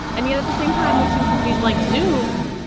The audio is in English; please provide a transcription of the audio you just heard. and yet at the same time, we've seen companies like zoome,